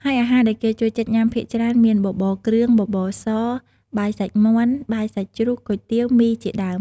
ហើយអាហារដែលគេចូលចិត្តញ៉ាំភាគច្រើនមាន បបរគ្រឿង បបរស បាយសាច់មាន់ បាយសាច់ជ្រូក គុយទាវ មី ជាដើម។